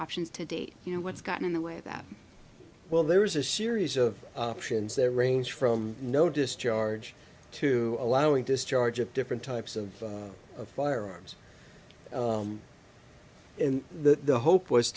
options to date you know what's gotten in the way that well there is a series of options that range from no discharge to allowing discharge of different types of firearms in the hope was